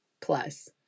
plus